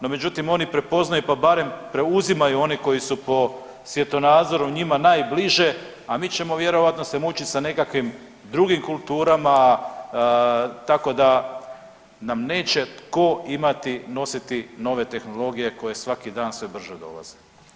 No međutim oni prepoznaju, pa barem preuzimaju one koji su po svjetonazoru njima najbliže, a mi ćemo vjerojatno se mučit sa nekakvim drugim kulturama, tako da nam neće tko imati nositi nove tehnologije koje svaki dan sve brže dolaze.